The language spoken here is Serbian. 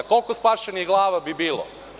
Koliko spašenih glava bi bilo?